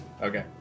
Okay